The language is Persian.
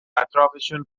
اطرافشون